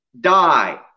die